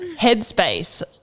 Headspace